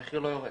המחיר לא יורד.